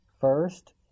first